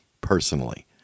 personally